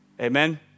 Amen